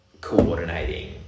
coordinating